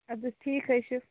اَدٕ حظ ٹھیٖکھ ہے چھُ